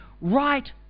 right